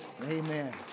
Amen